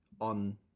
on